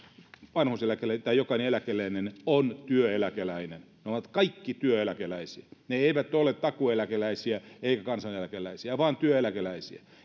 vanhuuseläkeläinen ja jokainen eläkeläinen on työeläkeläinen he ovat kaikki työeläkeläisiä he eivät ole takuueläkeläisiä eivätkä kansaneläkeläisiä vaan työeläkeläisiä